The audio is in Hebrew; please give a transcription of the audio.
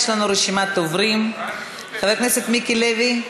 יש לנו רשימת דוברים: חבר הכנסת מיקי לוי,